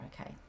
Okay